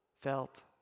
felt